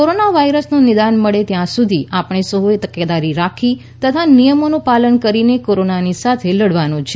corona વાયરસનું નિદાન મળે ત્યાં સુધી આપણે સહ્યે તકેદારી રાખી તથા નિયમોનું પાલન કરીને કોરોનાની સાથે લડવાનું છે